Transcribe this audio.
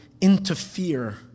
interfere